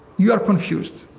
you are confused.